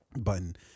button